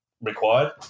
required